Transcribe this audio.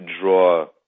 draw